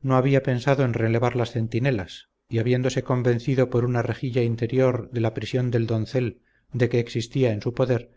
no había pensado en relevar las centinelas y habiéndose convencido por una rejilla interior de la prisión del doncel de que existía en su poder